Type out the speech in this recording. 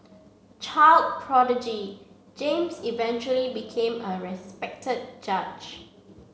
a child prodigy James eventually became a respected judge